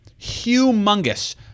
Humongous